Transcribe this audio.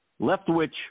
Leftwich